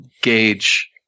gauge